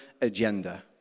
agenda